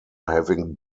having